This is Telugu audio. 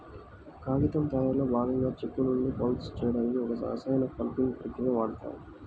కాగితం తయారీలో భాగంగా చెక్క నుండి పల్ప్ చేయడానికి ఒక రసాయన పల్పింగ్ ప్రక్రియని వాడుతారు